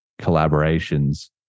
collaborations